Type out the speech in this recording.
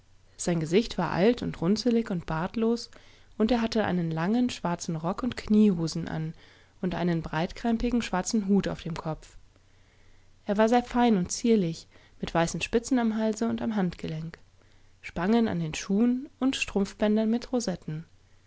hatte sich nie gedacht daßsiesokleinseien der derdaaufdertruhesaß warnichthöher alseinehandbreit seingesichtwaraltundrunzeligundbartlos underhatte einen langen schwarzen rock und kniehosen an und einen breitkrempigen schwarzen hut auf dem kopf er war sehr fein und zierlich mit weißen spitzen am halse und am handgelenk spangen an den schuhen und strumpfbändernmitrosetten